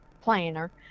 planner